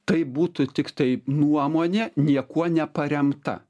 tai būtų tiktai nuomonė niekuo neparemta